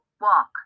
walk